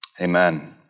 Amen